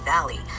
Valley